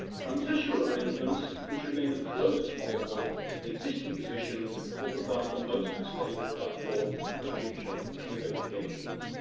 transitional arrangements which remain as close as possible to the existing position will provide the most stable platform for future negotiations',